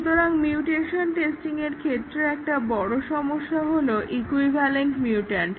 সুতরাং মিউটেশন টেস্টিংয়ের ক্ষেত্রে একটা বড় সমস্যা হলো ইকুইভালেন্ট মিউট্যান্ট